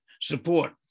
support